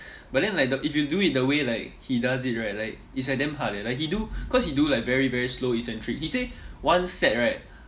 but then like the if you do it the way like he does it right like it's like damn hard eh like he do cause he do like very very slow eccentric he say one set right